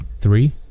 Three